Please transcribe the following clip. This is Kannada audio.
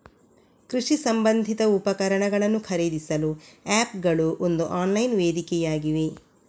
ಕೃಷಿ ಸಂಬಂಧಿತ ಉಪಕರಣಗಳನ್ನು ಖರೀದಿಸಲು ಆಪ್ ಗಳು ಒಂದು ಆನ್ಲೈನ್ ವೇದಿಕೆಯಾಗಿವೆ